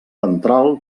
ventral